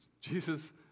Jesus